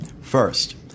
First